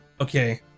okay